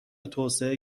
توسعه